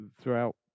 throughout